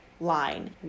line